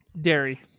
Dairy